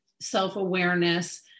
self-awareness